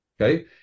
Okay